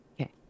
Okay